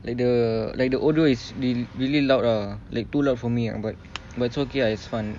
like the like the audio it's really really loud ah like too loud for me ah but but it's okay ah it's fun